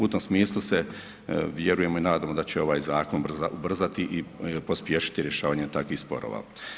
U tom smislu se, vjerujemo i nadamo da će ovaj zakon ubrzati i pospješiti rješavanje takvih sporova.